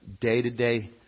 day-to-day